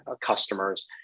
customers